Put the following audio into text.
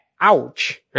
Ouch